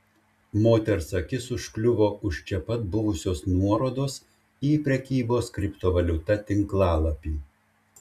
moters akis užkliuvo už čia pat buvusios nuorodos į prekybos kriptovaliuta tinklalapį